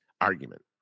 argument